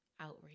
outrage